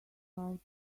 out